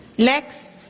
Next